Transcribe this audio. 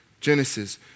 Genesis